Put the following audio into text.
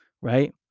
right